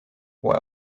what